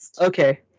Okay